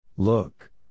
Look